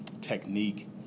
technique